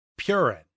Purin